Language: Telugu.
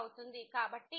కాబట్టి ఇక్కడ f0 0